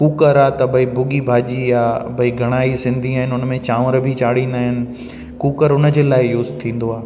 cooker आहे त भई भुगी भाॼी आहे भई घणा ई सिंधी आहिनि उन में चांवर बि चाड़ीदा आहिनि कूकर उन्हनि जे लाइ यूज़ थींदो आहे